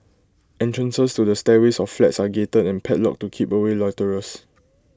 entrances to the stairways of flats are gated and padlocked to keep away loiterers